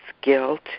guilt